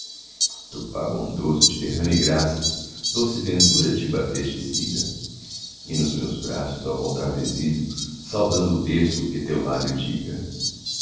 azul tupá bondoso te derrame graças doce ventura te bafeje e siga e nos meus braços ao voltar do exílio saudando o berço que teu lábio diga